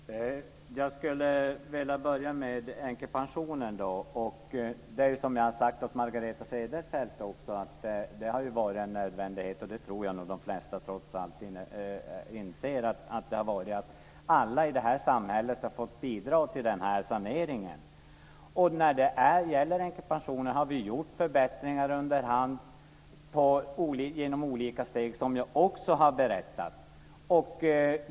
Fru talman! Jag skulle vilja börja med änkepensionen. Det här har ju, som jag också har sagt till Margareta Cederfelt, varit en nödvändighet. Det tror jag nog också att de flesta trots allt inser att det har varit. Alla i det här samhället har fått bidra till denna sanering. När det gäller änkepensionen har det skett förbättringar efter hand genom olika steg som jag också har berättat om.